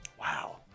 Wow